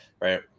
right